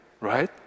right